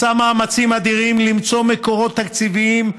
שעשה מאמצים אדירים למצוא מקורות תקציביים,